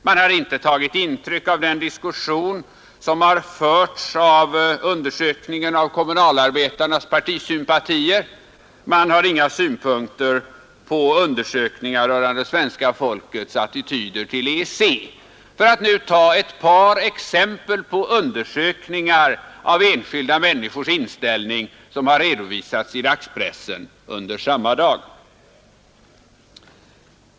Man har inte tagit intryck av den diskussion som förts om undersökningen av kommunalarbetarnas partisympatier, man har inga synpunkter på undersökningar rörande svenska folkets attityder till EEC, för att nu ta ett par exempel på undersökningar av enskilda människors inställning som redovisats i dagspressen samma dag.